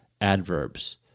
adverbs